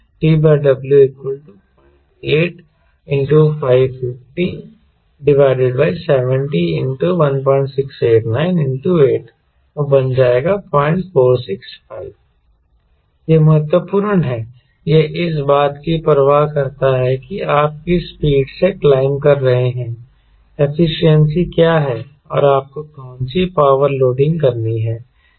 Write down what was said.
TW08 55070 1689 180465 यह महत्वपूर्ण है यह इस बात की परवाह करता है कि आप किस स्पीड से क्लाइंब रहे हैं एफिशिएंसी क्या है और आपको कौनसी पावर सेटिंग करनी है